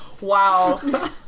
Wow